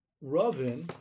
Ravin